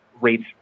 rates